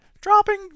Dropping